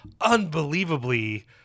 unbelievably